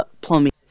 plumbing